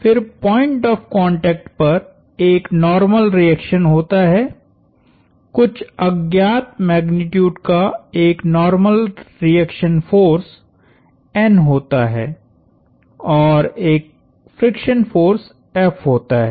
फिर point of contact पर एक नार्मल रिएक्शन होता है कुछ अज्ञात मैग्नीट्यूड का एक नार्मल रिएक्शन फोर्स N होता है और एक फ्रिक्शन फोर्स F होता है